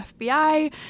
FBI